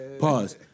Pause